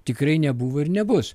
tikrai nebuvo ir nebus